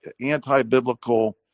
anti-biblical